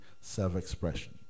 self-expression